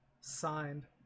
Signed